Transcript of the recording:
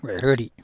വയറുകടി